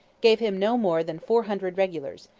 gave him no more than four hundred regulars,